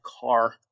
car